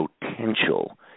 potential